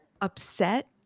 upset